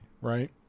right